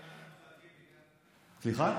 סליחה?